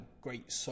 great